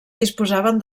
disposaven